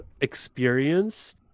experience